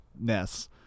Ness